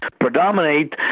predominate